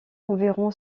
environ